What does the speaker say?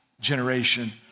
generation